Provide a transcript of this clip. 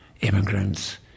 immigrants